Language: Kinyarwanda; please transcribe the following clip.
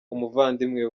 umuvandimwe